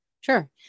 Sure